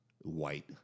white